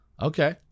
okay